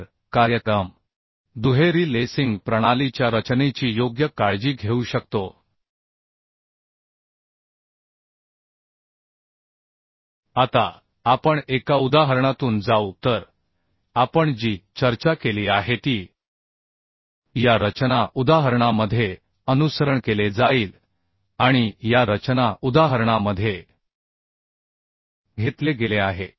तर कार्यक्रम दुहेरी लेसिंग प्रणालीच्या रचनेची योग्य काळजी घेऊ शकतो आता आपण एका उदाहरणातून जाऊ तर आपण जी चर्चा केली आहे ती या रचना उदाहरणामध्ये अनुसरण केले जाईल आणि या रचना उदाहरणामध्ये घेतले गेले आहे